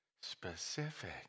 Specific